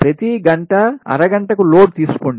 ప్రతీ గంట అర గంటకు లోడ్ తీసుకోండి